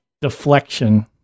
deflection